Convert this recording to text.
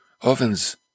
ovens